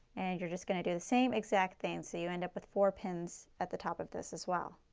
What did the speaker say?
and you are just going to do the same exact thing. so you end up with four pins at the top of this as well.